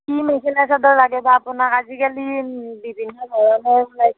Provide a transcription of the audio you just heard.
কি মেখেলা চাদৰ লাগে বা আপোনাক আজিকালি বিভিন্নধৰণৰ ওলাইছে